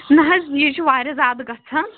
نہ حظ یےَ چھُ واریاہ زیادٕ گَژھان